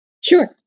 Sure